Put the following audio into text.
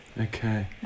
Okay